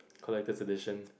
collector's edition